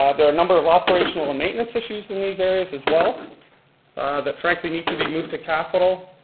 ah there are a number of operational and maintenance issues in these areas as well that frankly need to be moved to capital.